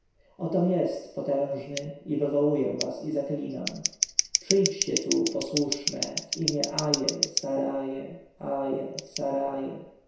otom jest potężny i wywołuję was i zaklinam przyjdźcie tu posłuszne w imię aye saraye aye saraye